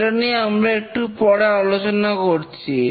সেটা নিয়ে আমরা একটু পরে আলোচনা করছি